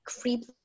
creep